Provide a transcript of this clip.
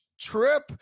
trip